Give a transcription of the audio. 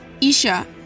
Isha